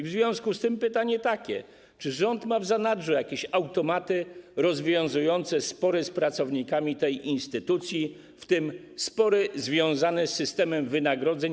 W związku z tym mam takie pytanie: Czy rząd ma w zanadrzu jakieś automaty rozwiązujące spory z pracownikami tej instytucji, w tym spory związane z systemem wynagrodzeń?